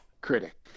critic